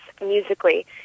musically